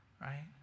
right